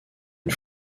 une